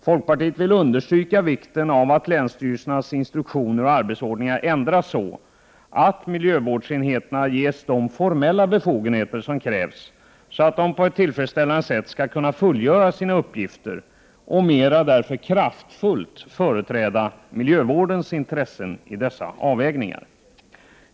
Folkpartiet vill understryka vikten av att länsstyrelsernas instruktioner och arbetsordningar ändras så, att miljövårdsenheterna ges de formella befogenheter som krävs för att de på ett tillfredsställande sätt skall kunna fullgöra sina uppgifter och därmed mera kraftfullt företräda miljövårdens intressen vid sina avväganden.